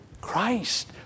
Christ